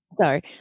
Sorry